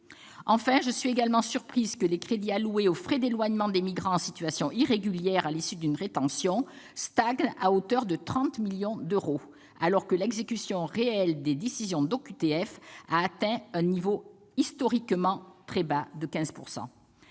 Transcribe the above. Enfin, je suis également surprise que les crédits alloués aux frais d'éloignement des migrants en situation irrégulière à l'issue d'une rétention stagnent à hauteur de 30 millions d'euros, alors que l'exécution réelle des décisions d'OQTF a atteint un taux historiquement bas de 15 %.